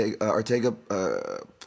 Ortega